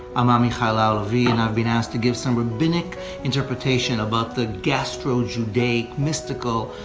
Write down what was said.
i'm amichai lau-lavie and i've been asked to give some rabbinic interpretation about the gastro judaic mystical,